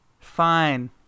fine